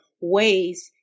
ways